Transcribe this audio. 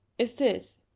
is this,